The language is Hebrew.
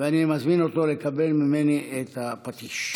ואני מזמין אותו לקבל ממני את הפטיש.